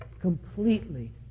completely